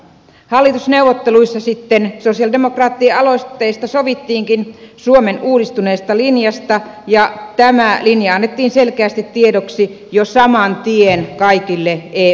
hallitusneuvotteluissa sitten sosialidemokraattien aloitteesta sovittiinkin suomen uudistuneesta linjasta ja tämä linja annettiin selkeästi tiedoksi jo saman tien kaikille eu maille